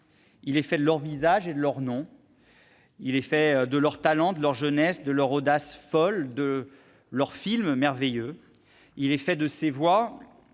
Il est fait de leurs visages et de leurs noms. Il est fait de leur talent, de leur jeunesse, de leur audace folle, de leurs films merveilleux. Il est fait de ces voix